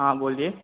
हां बोलिये